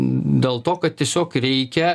dėl to kad tiesiog reikia